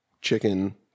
chicken